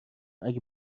اگه